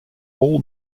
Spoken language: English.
all